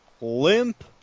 limp